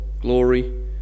glory